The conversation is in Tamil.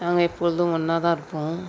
நாங்கள் எப்பொழுதும் ஒன்னாக தான் இருப்போம்